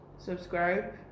Subscribe